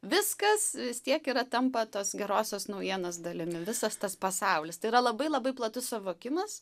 viskas vis tiek yra tampa tos gerosios naujienos dalimi visas tas pasaulis yra labai labai platus suvokimas